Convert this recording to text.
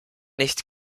nicht